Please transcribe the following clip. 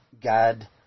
God